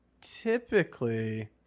typically